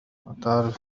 أتعرف